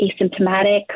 asymptomatic